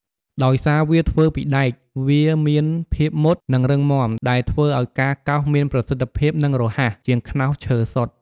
ដោយសារវាធ្វើពីដែក វាមានភាពមុត និងរឹងមាំ ដែលធ្វើឲ្យការកោសមានប្រសិទ្ធភាព និងរហ័ស ជាងខ្នោសឈើសុទ្ធ។